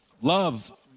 Love